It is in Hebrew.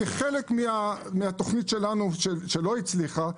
כחלק מהתוכנית שלנו שלא הצליחה,